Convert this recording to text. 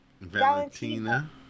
Valentina